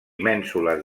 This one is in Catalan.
mènsules